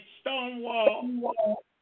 Stonewall